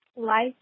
Life